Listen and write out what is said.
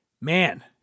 man